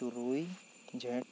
ᱛᱩᱨᱩᱭ ᱡᱷᱮᱸᱴ